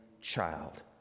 child